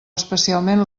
especialment